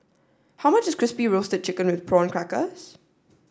how much is Crispy Roasted Chicken with Prawn Crackers